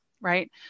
right